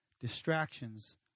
distractions